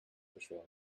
beschweren